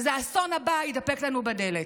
אז האסון הבא יתדפק לנו בדלת.